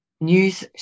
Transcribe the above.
News